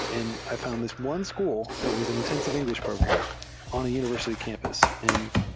and i found this one school that was an intensive engl ish program on a univers ity campus, and